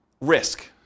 risk